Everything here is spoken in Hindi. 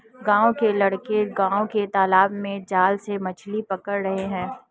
गांव के लड़के गांव के तालाब में जाल से मछली पकड़ रहे हैं